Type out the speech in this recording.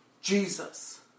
Jesus